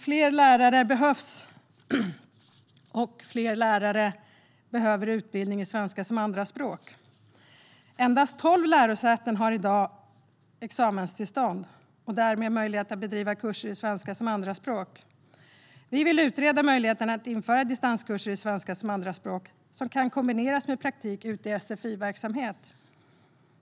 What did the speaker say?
Fler lärare behövs, och fler lärare behöver utbildning i svenska som andraspråk. Endast tolv lärosäten har i dag examenstillstånd och därmed möjlighet att bedriva kurser i svenska som andraspråk. Vi vill utreda möjligheten att införa distanskurser i svenska som andraspråk som kan kombineras med praktik ute i sfi-verksamhet.